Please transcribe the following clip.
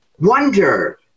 Wonder